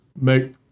make